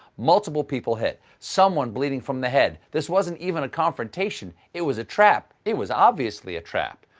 multiple people hit, someone bleeding from the head. this wasn't even a confrontation. it was a trap. it was obviously a trap,